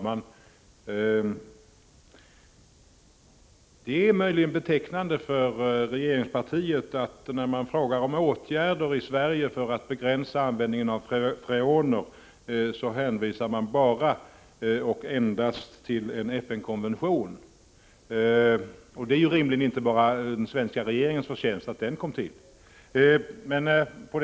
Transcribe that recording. Herr talman! Möjligen är det betecknande för regeringspartiet att när man frågar om åtgärder som vidtas i Sverige för att begränsa användningen av freoner, så hänvisas endast till en FN-konvention. Det är ju rimligen inte bara den svenska regeringens förtjänst att den konventionen kom till stånd.